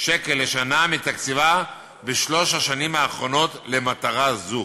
שקל לשנה מתקציבה בשלוש השנים האחרונות, למטרה זו.